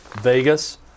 Vegas